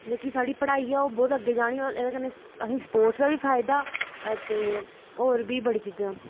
जेह्की साढ़ी पढ़ाई ऐ ओह् बहुत अग्गै जानी होर असेंगी स्पोर्टस दा बी फायदा ते होर बी बड़ी चीज़ें दा